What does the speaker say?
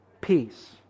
peace